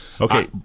Okay